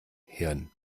hirn